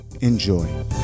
Enjoy